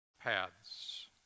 Paths